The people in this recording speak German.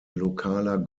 lokaler